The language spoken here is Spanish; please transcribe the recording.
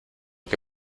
que